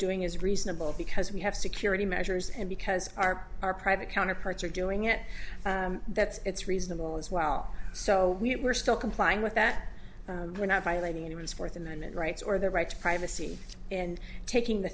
doing is reasonable because we have security measures and because our our private counterparts are doing it that's it's reasonable as well so we're still complying with that we're not violating anyone's fourth amendment rights or their right to privacy and taking the